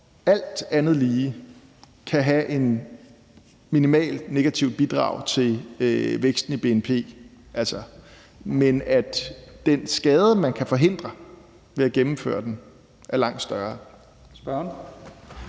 alt andet lige kan have et minimalt negativt bidrag til væksten i bnp, men at den skade, man kan forhindre ved at gennemføre den, vile være langt større.